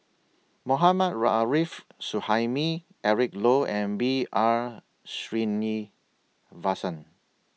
Mohammad Ra Arif Suhaimi Eric Low and B R Sreenivasan